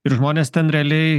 ir žmonės ten realiai